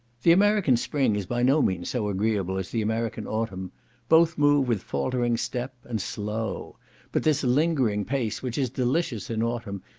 the american spring is by no means so agreeable as the american autumn both move with faultering step, and slow but this lingering pace, which is delicious in autumn,